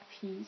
piece